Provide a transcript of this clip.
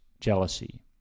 jealousy